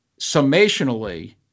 summationally